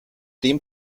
dem